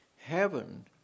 Heaven